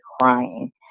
crying